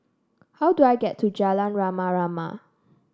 how do I get to Jalan Rama Rama